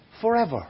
forever